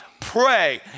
Pray